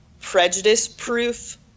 prejudice-proof